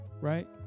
right